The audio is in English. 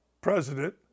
president